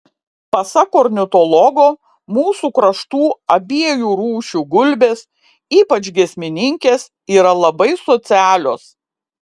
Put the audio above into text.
pasak ornitologo mūsų kraštų abiejų rūšių gulbės ypač giesmininkės yra labai socialios